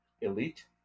elite